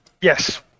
Yes